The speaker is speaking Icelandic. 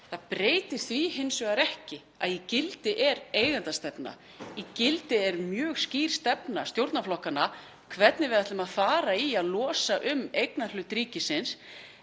Það breytir því hins vegar ekki að í gildi er eigendastefna, mjög skýr stefna stjórnarflokkanna um hvernig við ætlum að losa um eignarhlut ríkisins,